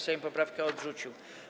Sejm poprawkę odrzucił.